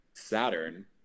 Saturn